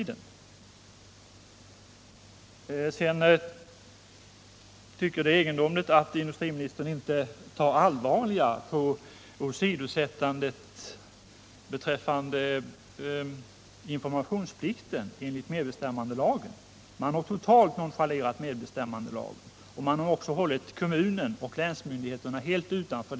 Det är egendomligt att industriministern inte ser allvarligare på åsidosättandet av informationsplikten enligt medbestämmandelagen. Man har totalt nonchalerat medbestämmandelagen och har hållit kommunen och länsmyndigheterna helt utanför.